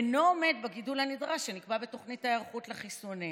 אינו עומד בגידול הנדרש שנקבע בתוכנית ההיערכות לחיסונים".